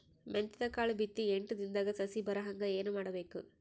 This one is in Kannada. ಮೆಂತ್ಯದ ಕಾಳು ಬಿತ್ತಿ ಎಂಟು ದಿನದಾಗ ಸಸಿ ಬರಹಂಗ ಏನ ಮಾಡಬೇಕು?